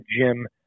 gym